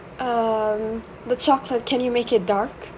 um the chocolate can you make it dark